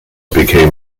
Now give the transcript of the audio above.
became